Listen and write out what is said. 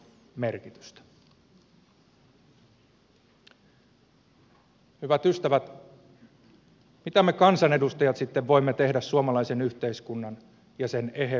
hyvät ystävät mitä me kansanedustajat sitten voimme tehdä suomalaisen yhteiskunnan ja sen eheyden eteen